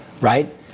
Right